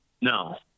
No